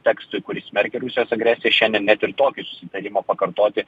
tekstui kuris smerkia rusijos agresiją šiandien net ir tokį susitarimą pakartoti